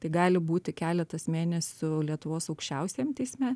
tai gali būti keletas mėnesių lietuvos aukščiausiajam teisme